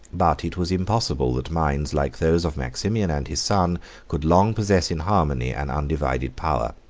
but it was impossible that minds like those of maximian and his son could long possess in harmony an undivided power.